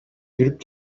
жүрүп